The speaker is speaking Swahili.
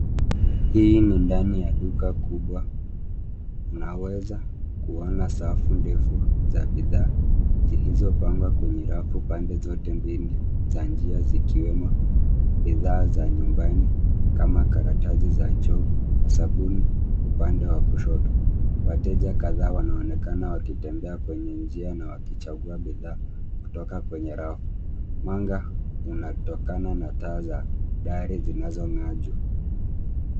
Hii ni ndani ya duka kubwa. Mnaweza, kuona safu ndefu za bidhaa, zilizopangwa kwenye rafu pande zote mbili, za njia zikiwemo bidhaa za nyumbani, kama karatasi za choo, na sabuni, upande wa kushoto. Wateja kadhaa wanaonekana wakitembea kwenye njia na wakichagua bidhaa, kutoka kwenye rafu. Mwanga unatokana na taa za dari zinazong'aa juu.